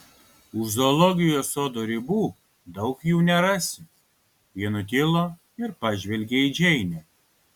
už zoologijos sodo ribų daug jų nerasi ji nutilo ir pažvelgė į džeinę